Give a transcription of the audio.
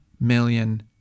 million